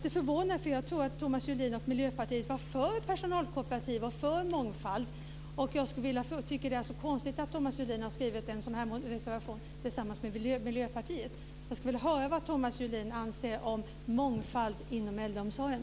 Jag trodde att Thomas Julin och Miljöpartiet var för personalkooperativ och mångfald. Därför tycker jag att det är konstigt att Thomas Julin har skrivit den här reservationen tillsammans med Vänsterpartiet. Jag skulle vilja höra vad Thomas Julin anser om mångfald inom äldreomsorgen.